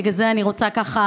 בגלל זה אני רוצה לתקן.